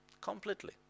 Completely